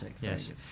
Yes